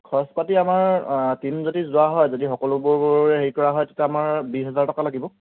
খৰচ পাতি আমাৰ টিম যদি যোৱা হয় যদি সকলোবোৰ হেৰি কৰা হয় তেতিয়া আমাৰ বিছ হেজাৰ টকা লাগিব